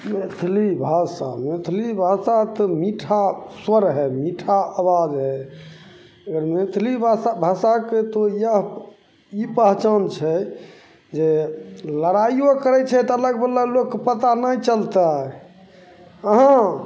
मैथिली भाषा मैथिली भाषा तऽ मीठा स्वर है मीठा आवाज है मैथिली भाषा भाषाके तऽ इएह ई पहचान छै जे लड़ाइओ करै छै तऽ अगल बगलवला लोकके पता नहि चलतै अहाँ